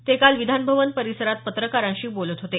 ते काल विधान भवन परिसरात पत्रकारांशी बोलत होते